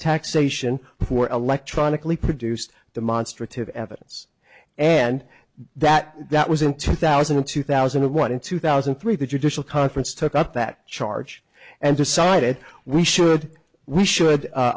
taxation before electronically produced demonstrative evidence and that that was in two thousand and two thousand and one in two thousand and three that your digital conference took up that charge and decided we should we should